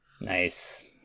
Nice